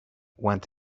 went